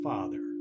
Father